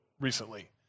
recently